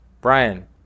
Brian